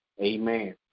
Amen